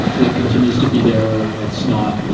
it continues to be there. it's not